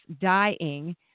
dying